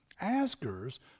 Askers